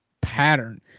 pattern